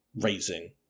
raising